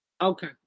Okay